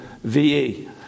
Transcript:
V-E